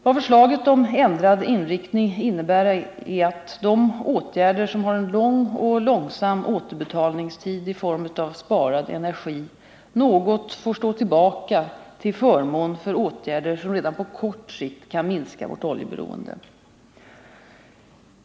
Vad förslaget om ändrad inriktning innebär är att de åtgärder, som har en lång och långsam återbetalningstid i form av sparad energi något får stå tillbaka till förmån för åtgärder som redan på kort sikt kan minska vårt oljeberoende.